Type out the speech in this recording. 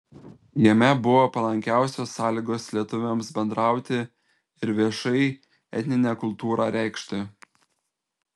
jame buvo palankiausios sąlygos lietuviams bendrauti ir viešai etninę kultūrą reikšti